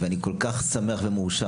ואני כל כך שמח ומאושר,